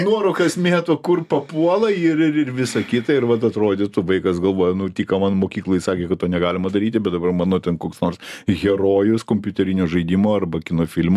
nuorūkas mėto kur papuola ir ir ir visa kita ir vat atrodytų vaikas galvoja nu tik ką man mokykloj sakė kad to negalima daryti bet dabar mano ten koks nors herojus kompiuterinio žaidimo arba kino filmo